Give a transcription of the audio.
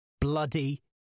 Bloody